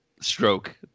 stroke